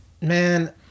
man